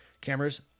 cameras